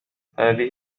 هذه